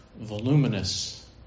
voluminous